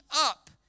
up